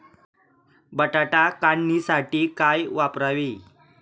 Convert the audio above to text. बटाटा काढणीसाठी काय वापरावे?